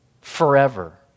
forever